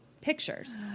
pictures